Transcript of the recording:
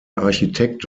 architekt